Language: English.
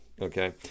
Okay